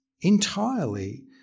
entirely